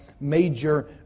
major